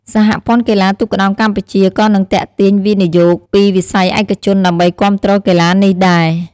សហព័ន្ធកីឡាទូកក្ដោងកម្ពុជាក៏នឹងទាក់ទាញវិនិយោគពីវិស័យឯកជនដើម្បីគាំទ្រកីឡានេះដែរ។